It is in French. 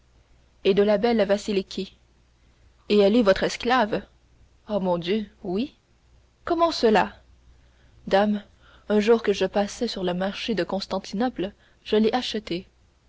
et de la belle vasiliki et elle est votre esclave oh mon dieu oui comment cela dame un jour que je passais sur le marché de constantinople je l'ai achetée